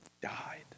died